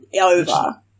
over